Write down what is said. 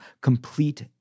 complete